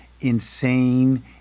insane